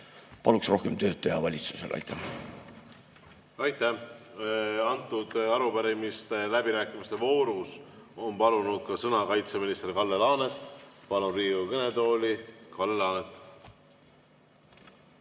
Paluksin rohkem tööd teha valitsusel. Aitäh! Aitäh! Selle arupärimise läbirääkimiste voorus on palunud sõna ka kaitseminister Kalle Laanet. Palun Riigikogu kõnetooli, Kalle Laanet!